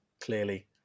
clearly